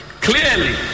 clearly